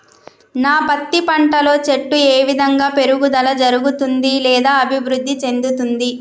నా పత్తి పంట లో చెట్టు ఏ విధంగా పెరుగుదల జరుగుతుంది లేదా అభివృద్ధి చెందుతుంది?